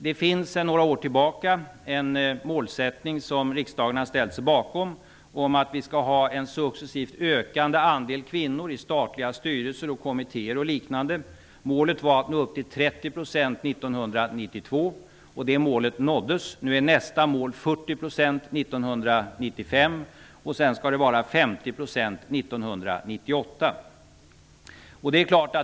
Det finns sedan några år tillbaka en målsättning som riksdagen har ställt sig bakom om att vi skall ha en successivt ökande andel kvinnor i statliga styrelser, kommittéer och liknande. Målet var att nå upp till 30 % 1992. Det målet nåddes. Nu är nästa mål 40 % 1995, och det skall vara 50 % 1998.